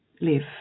live